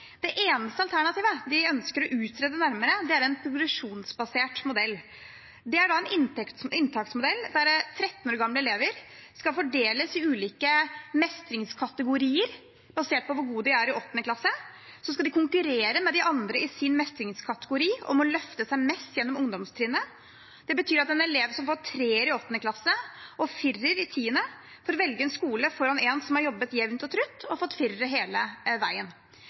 Det eneste alternativet de ønsker å utrede nærmere, er en progresjonsbasert modell. Det er da en inntaksmodell der 13 år gamle elever skal fordeles i ulike mestringskategorier, basert på hvor gode de er i 8. klasse. Så skal de konkurrere med de andre i sin mestringskategori om å løfte seg mest gjennom ungdomstrinnet. Det betyr at en elev som får en treer i 8. klasse og en firer i 10. klasse, får velge skole foran en som har jobbet jevnt og trutt og fått firere hele veien.